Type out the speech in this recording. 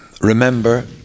remember